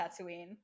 Tatooine